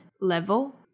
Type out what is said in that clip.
level